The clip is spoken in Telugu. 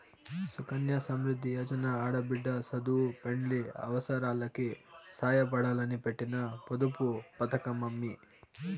సుకన్య సమృద్ది యోజన ఆడబిడ్డ సదువు, పెండ్లి అవసారాలకి సాయపడాలని పెట్టిన పొదుపు పతకమమ్మీ